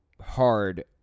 hard